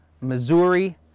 Missouri